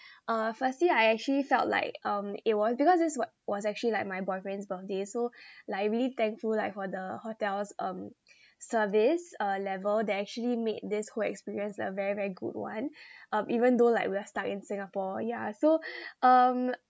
uh firstly I actually felt like um it was because this wa~ was actually like my boyfriend's birthday so like I really thankful like for the hotel's um service uh level they actually made this whole experience a very very good one um even though like we are stuck in singapore yeah so um